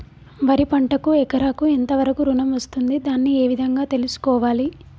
వరి పంటకు ఎకరాకు ఎంత వరకు ఋణం వస్తుంది దాన్ని ఏ విధంగా తెలుసుకోవాలి?